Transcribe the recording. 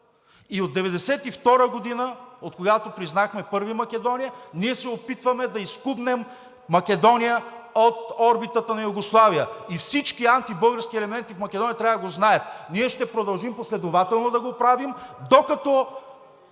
И от 1992 г., откогато признахме първи Македония, ние се опитваме да изскубнем Македония от орбитата на Югославия и всички антибългарски елементи в Македония трябва да го знаят! Ние ще продължим последователно да го правим, докато